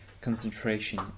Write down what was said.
concentration